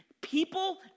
people